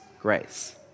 grace